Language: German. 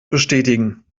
bestätigen